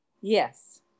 Yes